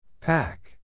Pack